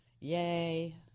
Yay